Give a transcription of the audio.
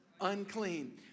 unclean